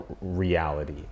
reality